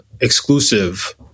exclusive